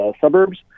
suburbs